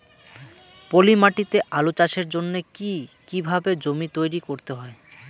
পলি মাটি তে আলু চাষের জন্যে কি কিভাবে জমি তৈরি করতে হয়?